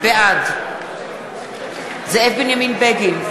בעד זאב בנימין בגין,